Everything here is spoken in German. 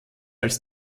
als